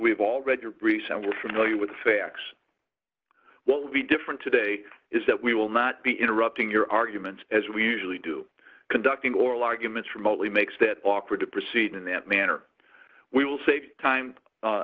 have all read your brief and were familiar with the facts what will be different today is that we will not be interrupting your arguments as we usually do conducting oral arguments remotely makes it awkward to proceed in that manner we will save time